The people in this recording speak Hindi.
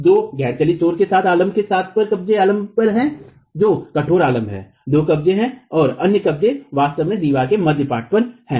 दो गैर चलित छोरों के साथ आलम्ब के स्थान पर कब्जेहिन्ज आलम्ब पर हैं जो कठोर आलम्ब हैं दो कब्जेहिन्ज हैं और अन्य कब्जेहिन्ज वास्तव में दीवार के मध्य पाट पर है